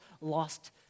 lost